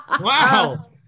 Wow